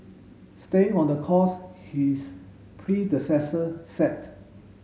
staying on the course his predecessor set